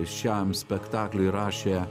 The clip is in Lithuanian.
šiam spektakliui rašė